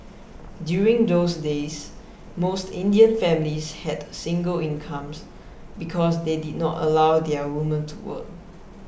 during those days most Indian families had single incomes because they did not allow their woman to work